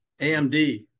AMD